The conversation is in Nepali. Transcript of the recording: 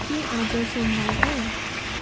के आज सोमवार हो